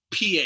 PA